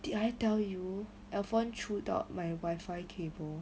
did I tell you chewed up my iphone cable